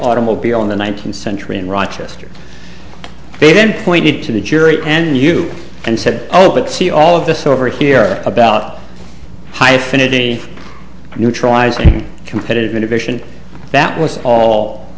automobile in the nineteenth century in rochester they then pointed to the jury and you and said oh but see all of this over here about high affinity neutralizing competitive innovation that was all